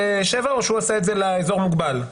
או שהוא עשה את זה לאזור מוגבל?